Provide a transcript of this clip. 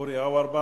יהיו אורי אורבך,